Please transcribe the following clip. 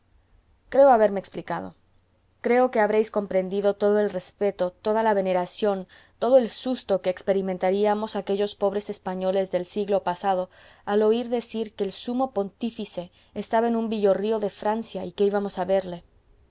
creo haberme explicado creo que habréis comprendido todo el respeto toda la veneración todo el susto que experimentaríamos aquellos pobres españoles del siglo pasado al oír decir que el sumo pontífice estaba en un villorrio de francia y que íbamos a verle